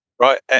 right